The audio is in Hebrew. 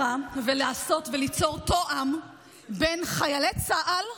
ולעשות וליצור תואם בין חיילי צה"ל לחמאס.